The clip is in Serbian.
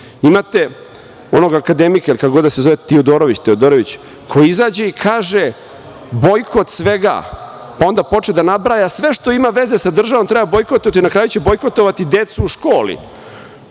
onog akademika ili kako god da se zove Tiodorović, Teodorović, koji izađe i kaže – bojkot svega, pa onda počne da nabraja, sve što ima veze sa državom treba bojkotovati, na kraju će bojkotovati decu u školi,